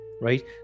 Right